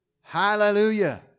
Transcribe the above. Hallelujah